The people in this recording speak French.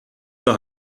par